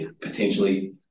potentially